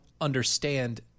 understand